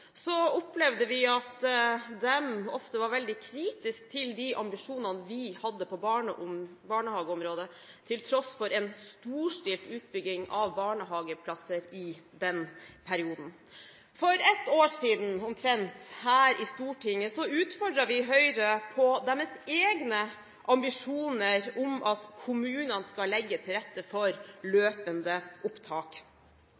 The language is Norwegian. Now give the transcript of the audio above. opplevde vi at de ofte var veldig kritiske til de ambisjonene vi hadde på barnehageområdet, til tross for en storstilt utbygging av barnehageplasser i den perioden. For omtrent ett år siden utfordret vi Høyre her i Stortinget på deres egne ambisjoner om at kommunene skal legge til rette for